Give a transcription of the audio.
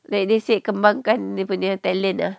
like they say kembangkan dia punya talent ah